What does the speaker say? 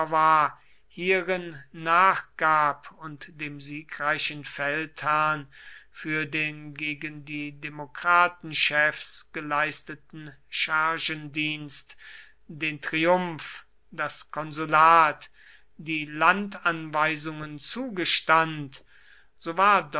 war hierin nachgab und dem siegreichen feldherrn für den gegen die demokratenchefs geleisteten schergendienst den triumph das konsulat die landanweisungen zugestand so war